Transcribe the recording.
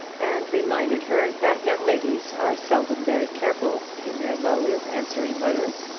and reminded her that young ladies are seldom very careful in their mode of answering letters.